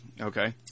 Okay